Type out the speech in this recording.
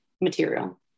material